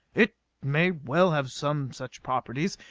it may well have some such properties.